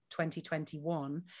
2021